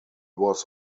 was